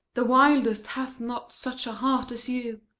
the wildest hath not such a heart as you.